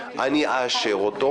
אתם שטיח אדום.